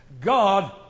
God